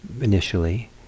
initially